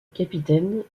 capitaine